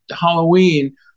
Halloween